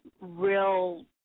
real